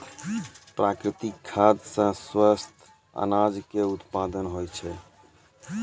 प्राकृतिक खाद सॅ स्वस्थ अनाज के उत्पादन होय छै